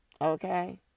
Okay